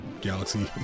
Galaxy